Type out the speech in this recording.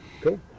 Cool